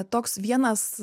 toks vienas